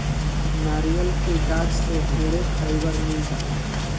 नारियल के गाछ से ढेरे फाइबर मिल जाला